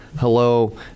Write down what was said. hello